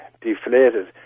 deflated